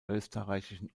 österreichischen